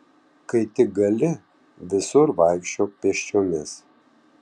kai tik gali visur vaikščiok pėsčiomis